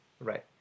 Right